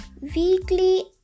weekly